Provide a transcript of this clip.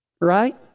right